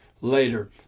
later